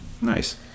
nice